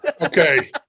okay